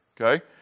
Okay